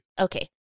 Okay